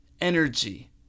energy